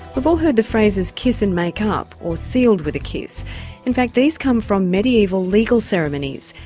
we've all heard the phrases kiss and make up or sealed with a kiss in fact these come from mediaeval legal ceremonies,